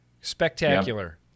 spectacular